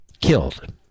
killed